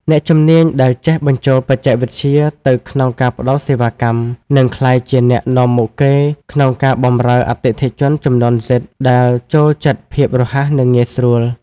អ្នកជំនាញដែលចេះបញ្ចូលបច្ចេកវិទ្យាទៅក្នុងការផ្ដល់សេវាកម្ម នឹងក្លាយជាអ្នកនាំមុខគេក្នុងការបម្រើអតិថិជនជំនាន់ Z ដែលចូលចិត្តភាពរហ័ស និងងាយស្រួល។